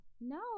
No